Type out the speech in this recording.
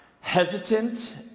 hesitant